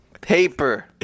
Paper